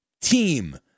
team